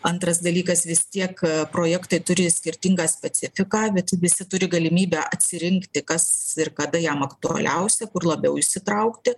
antras dalykas vis tiek projektai turi skirtingą specifiką bet visi turi galimybę atsirinkti kas ir kada jam aktualiausia kur labiau įsitraukti